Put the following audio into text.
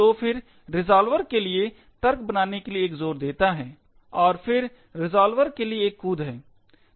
तो फिर रिज़ॉल्वर के लिए तर्क बनाने के लिए एक जोर देता है और फिर रिज़ॉल्वर के लिए एक कूद है